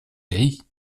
gris